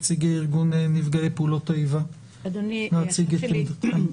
נציגי ארגון נפגעי פעולות האיבה להציג את עמדתכם.